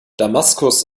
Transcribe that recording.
damaskus